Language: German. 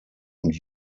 und